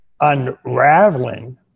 unraveling